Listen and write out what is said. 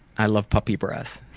i love puppy breath.